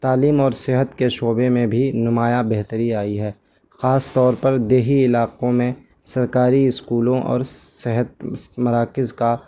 تعلیم اور صحت کے شعبے میں بھی نمایاں بہتری آئی ہے خاص طور پر دیہی علاقوں میں سرکاری اسکولوں اور صحت مراکز کا